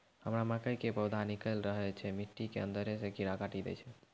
हमरा मकई के पौधा निकैल रहल छै मिट्टी के अंदरे से कीड़ा काटी दै छै?